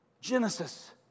Genesis